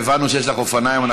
הבנו שיש לך אופניים.